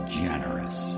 generous